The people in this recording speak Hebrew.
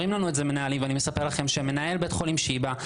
אומרים לנו את זה מנהלים ואני מספר לכם: מנהל בית החולים שיבא,